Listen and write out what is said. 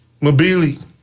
Mabili